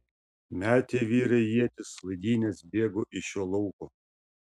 metė vyrai ietis laidynes bėgo iš šio lauko